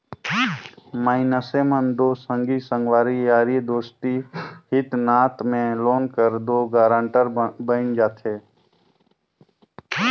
मइनसे मन दो संगी संगवारी यारी दोस्ती हित नात में लोन कर दो गारंटर बइन जाथे